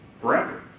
forever